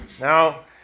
Now